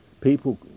People